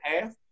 half